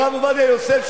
הרב עובדיה יוסף,